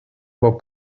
bob